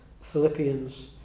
Philippians